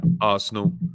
Arsenal